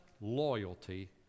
loyalty